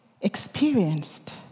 experienced